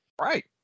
Right